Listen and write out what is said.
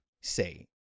say